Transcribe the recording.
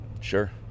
Sure